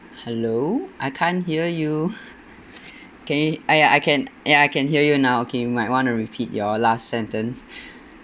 hello I can't hear you can you !aiya! I can ya I can hear you now okay you might want to repeat your last sentence